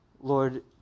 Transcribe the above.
Lord